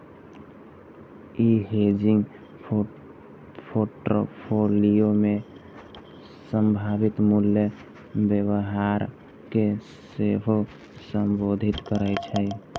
ई hedging portfolio मे संभावित मूल्य व्यवहार कें सेहो संबोधित करै छै